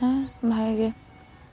ᱦᱮᱸ ᱵᱷᱟᱜᱮ ᱜᱮ